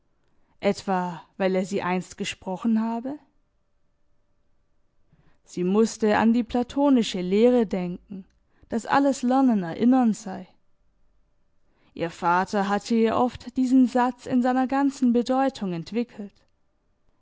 etwa weil er sie einst gesprochen habe sie mußte an die platonische lehre denken daß alles lernen erinnern sei ihr vater hatte ihr oft diesen satz in seiner ganzen bedeutung entwickelt